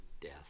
death